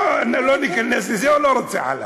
בואו לא ניכנס לזה, הוא לא רוצה חלל.